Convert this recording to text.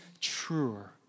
truer